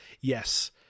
yes